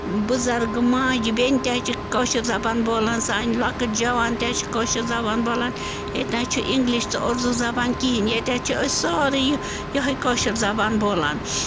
بُزَرگ ماجہٕ بٮ۪نہِ تہِ حظ چھِ کٲشِر زبان بولان سانہِ لۅکٕٹۍ جوان تہِ حظ چھِ کٲشِر زبان بولان ییٚتہِ نہَ حظ چھِ اِنٛگلِش تہٕ اُردو زبان کِہیٖنٛۍ ییٚتہِ حظ چھِ أسۍ سٲرٕے یِہَے کٲشِر زبان بولان